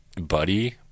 Buddy